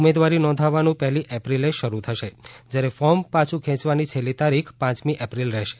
ઉમેદવારી નોંધાવવાનું પહેલી એપ્રિલે શરૂ થશે જ્યારે ફોર્મ પાછું ખેંચવાની છેલ્લી તારીખ પાંચમી એપ્રિલ રહેશે